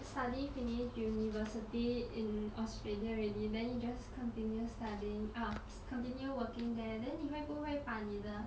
study finish university in australia already then you just continue studying ah continue working there and then 你会不会把你的